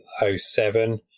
07